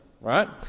right